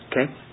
Okay